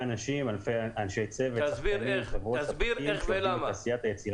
תסביר איך ולמה.